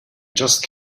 just